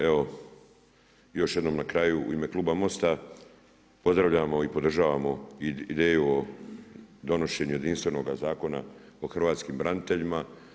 Evo još jednom na kraju u ime kluba MOST-a pozdravljamo i podržavamo ideju o donošenju jedinstvenoga zakona o hrvatskim braniteljima.